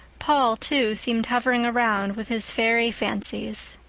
paul, too, seemed hovering around, with his fairy fancies.